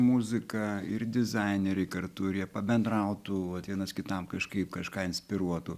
muzika ir dizaineriai kartu ir jie pabendrautų vat vienas kitam kažkaip kažką inspiruotų